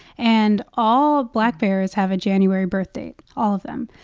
and all black bears have a january birthdate all of them.